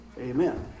Amen